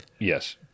Yes